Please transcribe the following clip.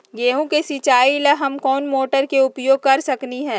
गेंहू के सिचाई ला हम कोंन मोटर के उपयोग कर सकली ह?